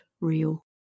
real